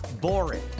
boring